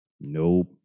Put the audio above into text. Nope